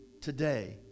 today